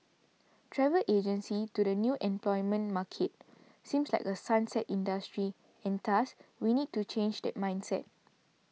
travel agencies to the new employment market seem like a 'sunset' industry and thus we need to change that mindset